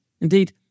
Indeed